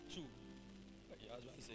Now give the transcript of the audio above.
Two